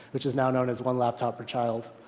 which is now known as one laptop per child.